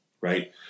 right